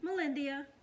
Melindia